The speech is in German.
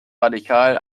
radikal